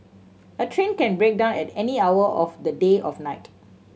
a train can break down at any hour of the day of night